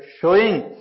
showing